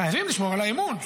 חייבים לשמור על האמון,